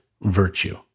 virtue